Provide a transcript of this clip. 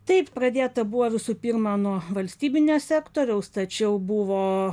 taip pradėta buvo visų pirma nuo valstybinio sektoriaus tačiau buvo